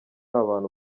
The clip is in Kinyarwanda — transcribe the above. abantu